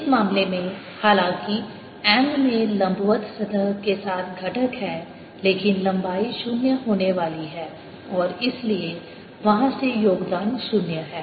इस मामले में हालांकि M में लंबवत सतह के साथ घटक है लेकिन लंबाई 0 होने वाली है और इसलिए वहाँ से योगदान 0 है